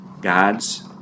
God's